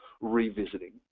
revisiting